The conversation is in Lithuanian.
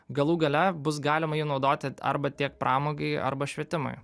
galų gale bus galima jį naudoti arba tiek pramogai arba švietimui